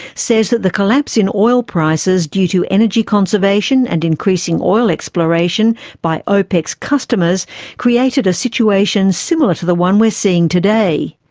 says that the collapse in oil prices due to energy conservation and increasing oil exploration by opec's customers created a situation similar to the one we are seeing today.